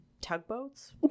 tugboats